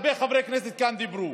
הרבה חברי כנסת כאן דיברו,